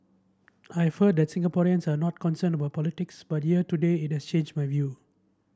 I've heard that Singaporeans are not concerned about politics but here today it has changed my view